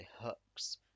hooks